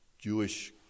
Jewish